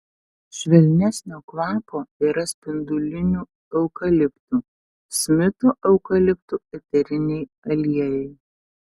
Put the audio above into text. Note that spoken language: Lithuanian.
švelnesnio kvapo yra spindulinių eukaliptų smito eukalipto eteriniai aliejai